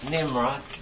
Nimrod